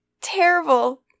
Terrible